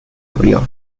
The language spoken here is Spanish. abrió